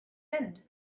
end